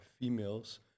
females